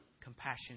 compassion